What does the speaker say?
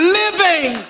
living